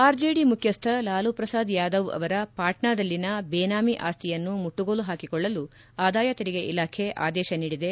R J D ಮುಖ್ಯಸ್ವ ಲಾಲೂ ಪ್ರಸಾದ್ ಯಾದವ್ ಅವರ ಪಾಟ್ನಾದಲ್ಲಿನ ಬೇನಾಮಿ ಆಸ್ತಿಯನ್ನು ಮುಟ್ಟುಗೋಲು ಹಾಕಿಕೊಳ್ಳಲು ಆದಾಯ ತೆರಿಗೆ ಇಲಾಖೆ ಆದೇಶ ನೀಡಿದೆ